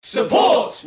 Support